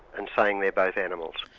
and saying they're both animals.